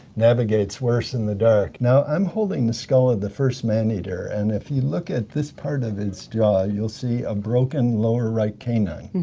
navigates worse in the dark. now, i'm holding the skull of the first man-eater, and if you look at this part of its jaw, you'll see a broken lower right canine.